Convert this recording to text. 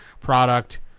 product